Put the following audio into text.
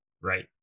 right